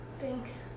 Thanks